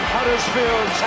Huddersfield